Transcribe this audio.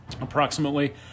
approximately